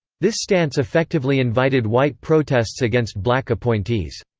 this stance effectively invited white protests against black appointees.